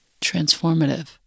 transformative